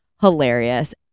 hilarious